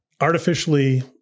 artificially